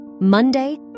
Monday